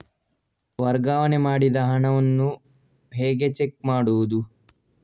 ವರ್ಗಾವಣೆ ಮಾಡಿದ ಹಣವನ್ನು ಹೇಗೆ ಚೆಕ್ ಮಾಡುವುದು?